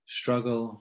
struggle